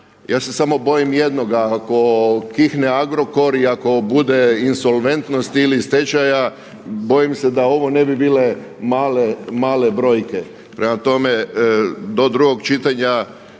Ja se samo bojim jednoga. Ako kihne Agrokor i ako bude insolventnost ili stečaja bojim se da ovo ne bi bile male brojke. Prema tome, do drugog čitanja